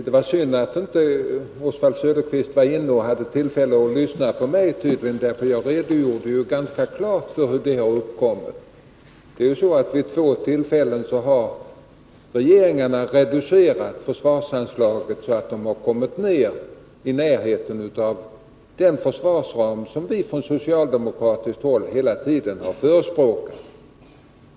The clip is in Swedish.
Det var synd att Oswald Söderqvist tydligen inte var inne i kammaren och därför inte hade tillfälle att lyssna på mitt anförande, för där redogjorde jag ganska klart för hur denna situation har uppkommit. Vid två tillfällen har regeringen reducerat försvarsanslaget, så att det har kommit ned i närheten av den försvarsram som vi från socialdemokratiskt håll hela tiden har förespråkat.